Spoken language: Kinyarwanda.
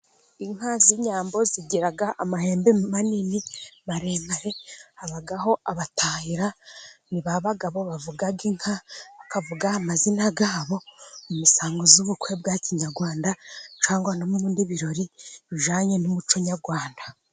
Inka z'inyambo zigira amahembe manini maremare, habaho abatahira ni ba bagabo bavuga inka, bakavuga amazina yayo, mu imisango z'ubukwe bwa kinyarwanda cyangwa no mubindi birori bijyanye n'umuco nyarwanda.